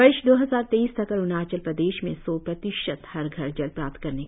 वर्ष दो हजार तेईस तक अरुणाचल प्रदेश में सौ प्रतिशत हर घर जल प्राप्त करने का लक्ष्य है